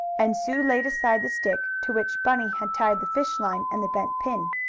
and sue laid aside the stick to which bunny had tied the fishline and the bent pin.